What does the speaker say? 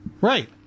Right